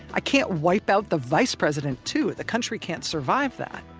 i can't wipe out the vice president, too. the country can't survive that.